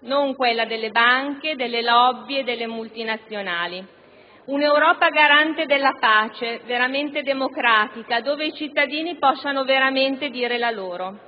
non quella delle banche, delle *lobbies* e delle multinazionali. Un'Europa garante della pace, veramente democratica, dove i cittadini possano davvero dire la loro.